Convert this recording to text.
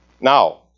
Now